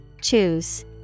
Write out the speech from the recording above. Choose